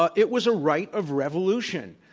but it was a right of revolution.